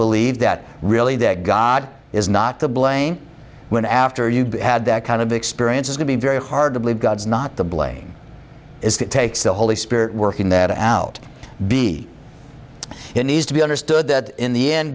believe that really that god is not to blame when after you've had that kind of experience is going to be very hard to believe god's not the blame is that takes the holy spirit working that out be it needs to be understood that in the end